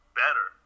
better